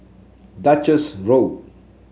Duchess Road